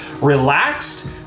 relaxed